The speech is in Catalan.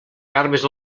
garbes